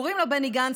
קוראים לו בני גנץ,